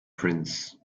prince